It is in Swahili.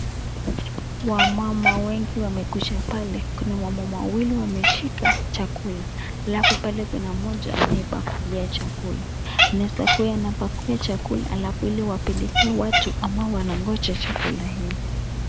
Wamama wengi wamekuja pale kuna wamama wawili wameshika chakula halafu pale kuna mmoja anayepakulia chakula inaeza kuwa anapakua chakula halafu ili wapelekee watu ambao wangoja chakula hii.